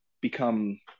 become